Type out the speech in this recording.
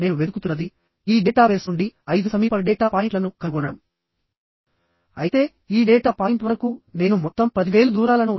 Ps అనేది staggered pitch length అంటే bolt holes యొక్క లైన్స్ కి మధ్య గల దూరం